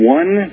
one